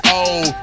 old